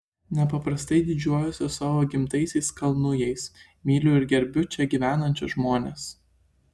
nepaprastai didžiuojuosi savo gimtaisiais kalnujais myliu ir gerbiu čia gyvenančius žmones